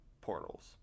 portals